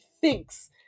thinks